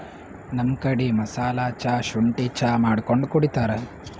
ನಮ್ ಕಡಿ ಮಸಾಲಾ ಚಾ, ಶುಂಠಿ ಚಾ ಮಾಡ್ಕೊಂಡ್ ಕುಡಿತಾರ್